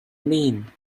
mean